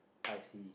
I see